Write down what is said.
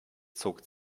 zog